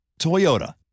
Toyota